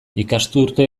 ikasturte